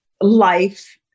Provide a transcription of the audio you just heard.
life